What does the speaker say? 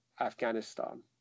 Afghanistan